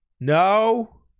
No